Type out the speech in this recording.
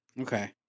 Okay